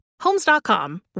Homes.com